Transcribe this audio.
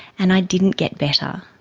and i didn't get better.